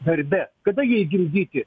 darbe kada jai gimdyti